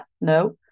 No